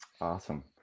Awesome